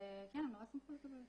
וכן הם נורא שמחו לקבל.